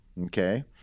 okay